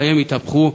שהתהפכו,